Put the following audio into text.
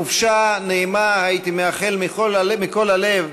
חופשה נעימה הייתי מאחל מכל הלב,